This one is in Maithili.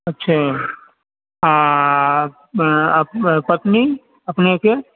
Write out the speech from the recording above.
अच्छा आ पत्नी अपने के